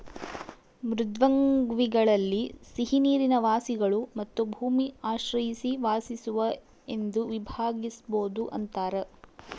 ಮೃದ್ವಂಗ್ವಿಗಳಲ್ಲಿ ಸಿಹಿನೀರಿನ ವಾಸಿಗಳು ಮತ್ತು ಭೂಮಿ ಆಶ್ರಯಿಸಿ ವಾಸಿಸುವ ಎಂದು ವಿಭಾಗಿಸ್ಬೋದು ಅಂತಾರ